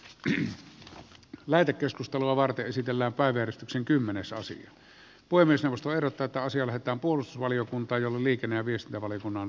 pyhä lähetekeskustelua varten esitellään päiveristyksen kymmenesosia poimi sivusto erotetaan sielläkään pulusvaliokunta johon liikenne ja viestintävaliokunnan